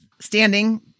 Standing